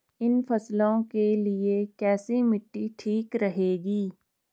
इन फसलों के लिए कैसी मिट्टी ठीक रहेगी?